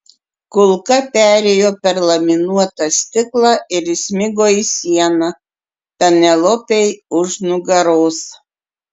kulka perėjo per laminuotą stiklą ir įsmigo į sieną penelopei už nugaros